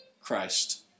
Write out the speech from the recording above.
Christ